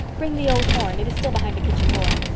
bring the old horn. it is still behind the kitchen door.